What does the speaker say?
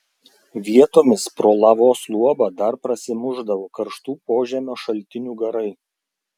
vietomis pro lavos luobą dar prasimušdavo karštų požemio šaltinių garai